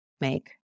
make